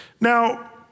Now